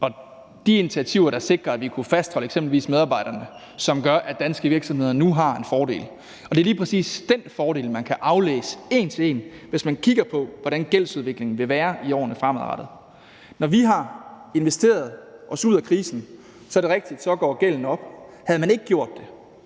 og de initiativer, der sikrer, at vi kunne fastholde eksempelvis medarbejderne, og som gør, at danske virksomheder nu har en fordel. Det er lige præcis den fordel, man kan aflæse en til en, hvis man kigger på, hvordan gældsudviklingen vil være i årene fremover. Vi har investeret os ud af krisen, og så er det rigtigt, at gælden går op. Havde man ikke gjort det,